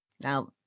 Now